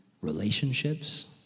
relationships